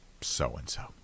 so-and-so